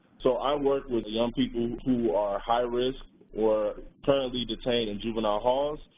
so, i work with young people who are high risk or currently detained in juvenile halls.